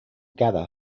gather